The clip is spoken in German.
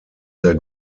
sehr